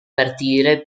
partire